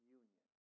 union